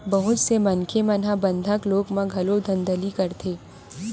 बहुत से मनखे मन ह बंधक लोन म घलो धांधली करथे